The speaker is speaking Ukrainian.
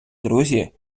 друзі